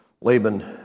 Laban